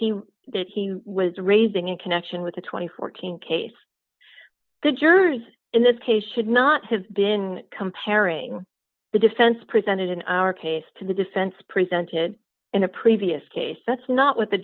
that he was raising in connection with the twenty four team case the jurors in this case should not have been comparing the defense presented in our case to the defense presented in a previous case that's not what the